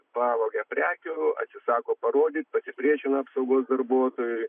pavogia prekių atsisako parodyti pasipriešina apsaugos darbuotojui